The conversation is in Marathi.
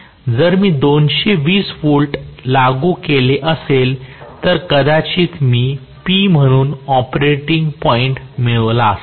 जर मी 220 व्होल्ट लागू केले असेल तर कदाचित मी P म्हणून ऑपरेटिंग पॉईंट मिळविला असता